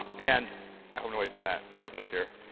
and i hope nobody's in that business here.